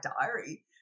diary